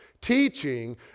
Teaching